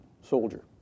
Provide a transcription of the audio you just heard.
soldier